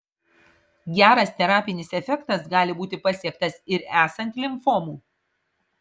geras terapinis efektas gali būti pasiektas ir esant limfomų